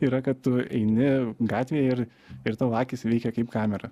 yra kad tu eini gatvėj ir ir tavo akys veikia kaip kamera